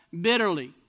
bitterly